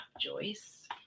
Joyce